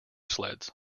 sleds